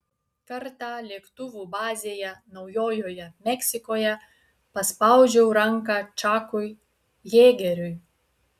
kartą lėktuvų bazėje naujojoje meksikoje paspaudžiau ranką čakui jėgeriui